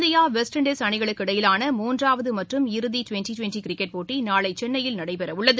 India West Indies அணிகளுக்கிடையேயான மூன்றாவது மற்றும் இறுதி டுவெண்டி டுவெண்டி கிரிக்கெட் போட்டி நாளை சென்னையில் நடைபெறவுள்ளது